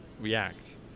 react